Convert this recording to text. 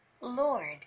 Lord